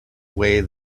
way